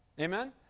Amen